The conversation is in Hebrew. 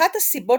אחת הסיבות